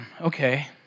okay